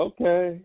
Okay